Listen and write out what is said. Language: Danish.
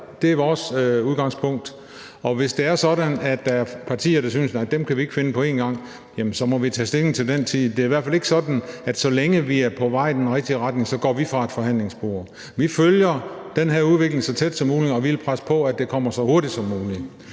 det er vores udgangspunkt. Og hvis det er sådan, at der er partier, der synes, at nej, dem kan vi ikke finde på én gang, så må vi tage stilling til den tid. Det er i hvert fald ikke sådan, at vi går fra et forhandlingsbord, så længe vi er på vej i den rigtige retning. Vi følger den her udvikling så tæt som muligt, og vi vil presse på for, at det kommer så hurtigt som muligt.